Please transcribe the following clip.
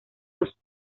los